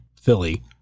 Philly